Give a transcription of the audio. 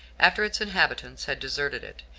after its inhabitants had deserted it,